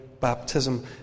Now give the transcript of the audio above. baptism